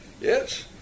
yes